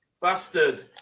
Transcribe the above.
bastard